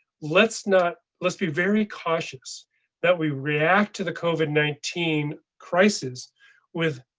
let's not. let's be very cautious that we react to the covid nineteen crisis with.